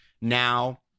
now